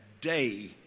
day